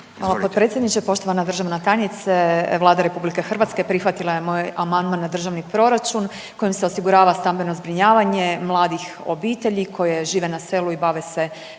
Hvala potpredsjedniče, poštovana državna tajnice. Vlada RH prihvatila je moj amandman na državni proračun kojim se osigurava stambeno zbrinjavanje mladih obitelji koje žive na selu i bave se